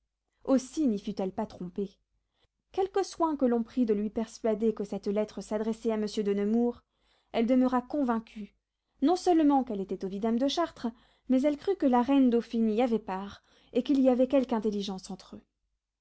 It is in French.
aussi n'y fut-elle pas trompée quelque soin que l'on prît de lui persuader que cette lettre s'adressait à monsieur de nemours elle demeura convaincue non seulement qu'elle était au vidame de chartres mais elle crut que la reine dauphine y avait part et qu'il y avait quelque intelligence entre eux